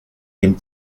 dem